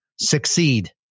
succeed